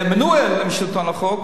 בעמנואל עם שלטון החוק.